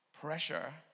Pressure